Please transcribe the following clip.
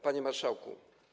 Panie Marszałku!